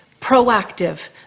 Proactive